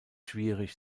schwierig